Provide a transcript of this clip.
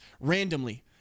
Randomly